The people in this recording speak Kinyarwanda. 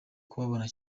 kubabona